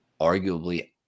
arguably